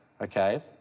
okay